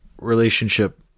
relationship